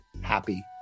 happy